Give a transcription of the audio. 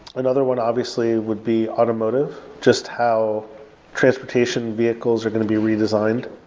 another one obviously would be automotive. just how transportation vehicles are going to be redesigned.